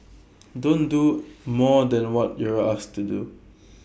don't do more than what you're asked to do